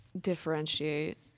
differentiate